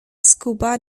scuba